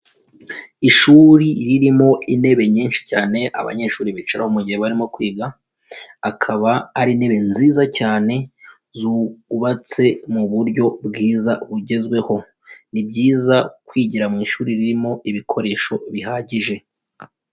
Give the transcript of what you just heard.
Ishuri ririmo intebe nyinshi cyane abanyeshuri bicaraho mu gihe barimo kwiga, akaba ari intebe nziza cyane zubatse mu buryo bwiza bugezweho, ni byiza kwigira mu ishuri ririmo ibikoresho bihagije.